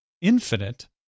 infinite